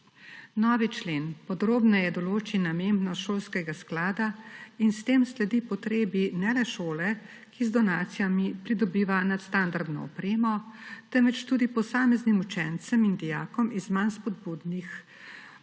Novi člen podrobneje določi namembnost šolskega sklada in s tem sledi potrebi ne le šole, ki z donacijami pridobiva nadstandardno opremo, temveč tudi posameznim učencem in dijakom iz manj spodbudnih